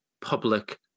public